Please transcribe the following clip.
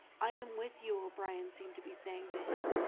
i am with you o'brien seemed to be saying to him.